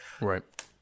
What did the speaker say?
Right